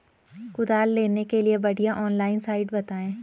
कुदाल लेने के लिए बढ़िया ऑनलाइन साइट बतायें?